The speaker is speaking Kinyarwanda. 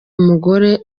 umugore